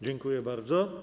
Dziękuję bardzo.